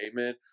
Amen